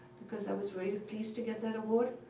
because i was very pleased to get that award.